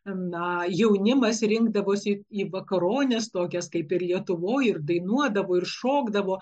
na jaunimas rinkdavosi į vakarones tokias kaip ir lietuvoje ir dainuodavo ir šokdavo